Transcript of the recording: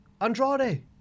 Andrade